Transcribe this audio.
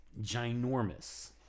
Ginormous